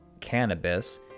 cannabis